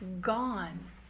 gone